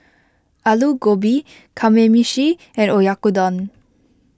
Alu Gobi Kamameshi and Oyakodon